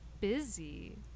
busy